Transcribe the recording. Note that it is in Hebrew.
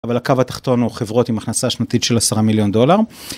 אבל הקו התחתון הוא חברות עם הכנסה שנתית של עשרה מיליון דולר.